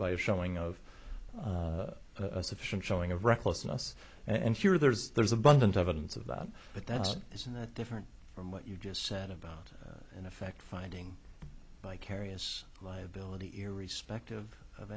a showing of a sufficient showing of recklessness and here there's there's abundant evidence of that but that isn't that different from what you just said about in effect finding vicarious liability irrespective of